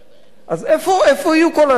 אז איפה יהיו כל האנשים האלה?